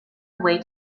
away